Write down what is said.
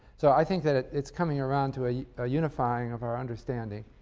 so i think that it's coming around to a ah unifying of our understanding.